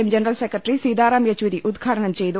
M general secretary Sitaram Yechury ഉദ്ഘാ ടനം ചെയ്തു